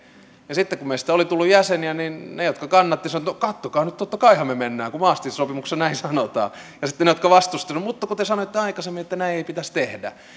ja sitten kun meistä oli tullut jäseniä niin ne jotka kannattivat sanoivat että no katsokaa nyt totta kai me mennään kun maastrichtin sopimuksessa näin sanotaan ja sitten ne jotka vastustivat sanoivat että no mutta kun te sanoitte aikaisemmin että näin ei pitäisi tehdä